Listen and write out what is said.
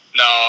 no